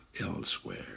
elsewhere